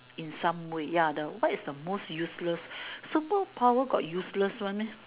in some way ya the what is the most useless superpower got useless one meh